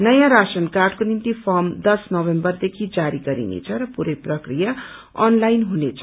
नयाँ राशन कार्डको निम्ति र्फाम दश्न नोभेम्बरदेखि जारी गरिनेछ र पूरै प्रकिया अनलाईन हुनेछ